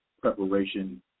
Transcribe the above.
preparation